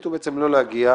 החליטו בעצם לא להגיע.